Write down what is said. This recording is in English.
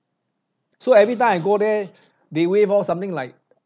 so everytime I go there they waive off something like